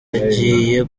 agiye